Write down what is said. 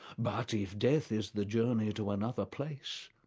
but if death is the journey to another place,